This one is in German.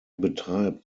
betreibt